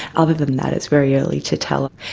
other than that it's very early to tell.